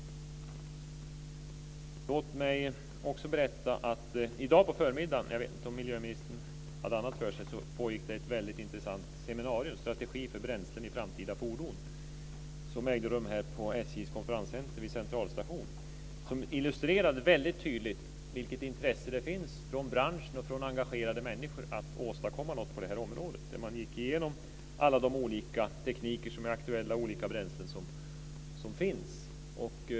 Låt mig också berätta att i dag på förmiddagen - jag vet inte om miljöministern hade annat för sig då - pågick det ett väldigt intressant seminarium Strategi för bränslen i framtida fordon. Det ägde rum på SJ:s konferenscentrum vid Centralstationen. Det illustrerade väldigt tydligt vilket intresse det finns från branschen och från engagerade människor att åstadkomma något på det här området. Man gick igenom alla de olika tekniker som är aktuella och de olika bränslen som finns.